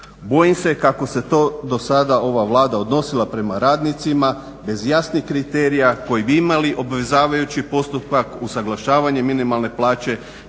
Bojim se kako se to dosada ova Vlada odnosila prema radnicima bez jasnih kriterija koji bi imali obvezujući postotak usuglašavanje minimalne plaće